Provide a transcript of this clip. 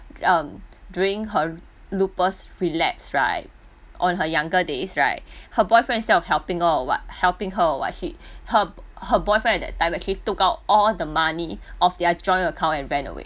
um during her lupus relapse right on her younger days right her boyfriend instead of helping her or what helping or what she her her boyfriend at that time actually took out all the money of their joint account and ran away